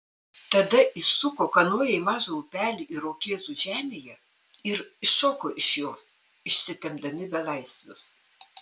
tada įsuko kanoją į mažą upelį irokėzų žemėje ir iššoko iš jos išsitempdami belaisvius